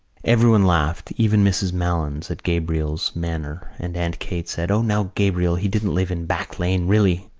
everyone laughed, even mrs. malins, at gabriel's manner and aunt kate said o, now, gabriel, he didn't live in back lane, really.